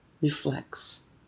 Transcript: reflects